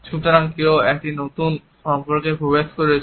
সুতরাং কেউ একটি নতুন সম্পর্কে প্রবেশ করছে